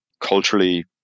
culturally